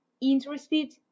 interested